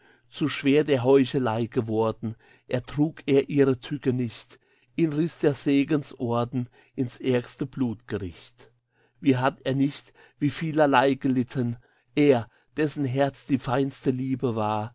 zu schwer der heuchelei geworden ertrug er ihre tücke nicht ihn riß der segensorden ins ärgste blutgericht wie hat er nicht wie vielerlei gelitten er dessen herz die feinste liebe war